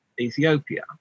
Ethiopia